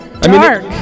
dark